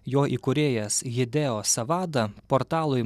jo įkūrėjas hideo savada portalui